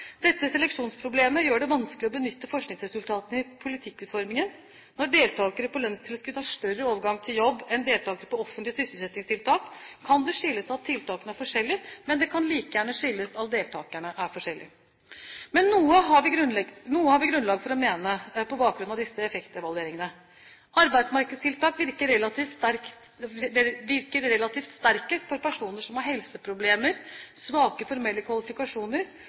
Dette seleksjonsproblemet gjør det vanskelig å benytte forskningsresultatene i politikkutformingen. Når deltakere på lønnstilskudd har større overgang til jobb enn deltakere på offentlige sysselsettingstiltak, kan det skyldes at tiltakene er forskjellige, men det kan like gjerne skyldes at deltakerne er forskjellige. Men noe har vi grunnlag for å mene på bakgrunn av disse effektevalueringene: Arbeidsmarkedstiltak virker relativt sterkest for personer som har helseproblemer, svake formelle kvalifikasjoner,